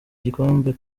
igikombe